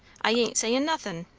i ain't saying nothin'.